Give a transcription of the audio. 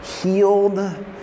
healed